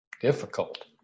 difficult